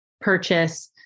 purchase